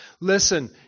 Listen